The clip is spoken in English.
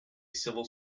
civil